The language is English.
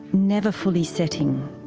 never fully setting,